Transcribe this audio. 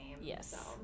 Yes